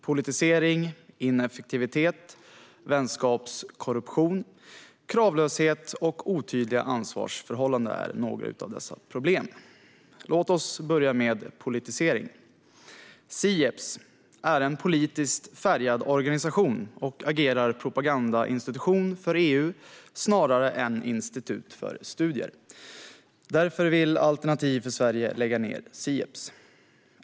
Politisering, ineffektivitet, vänskapskorruption, kravlöshet och otydliga ansvarsförhållanden är några av dessa problem. Låt oss börja med politisering. Sieps är en politiskt färgad organisation som agerar propagandainstitution för EU snarare än institut för studier. Därför vill Alternativ för Sverige lägga ned Sieps.